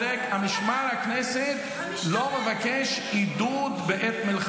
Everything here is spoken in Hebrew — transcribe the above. משמר הכנסת -- שלי טל מירון (יש עתיד): השר בן גביר.